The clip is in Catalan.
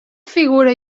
figura